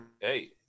hey